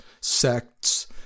sects